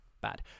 bad